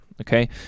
Okay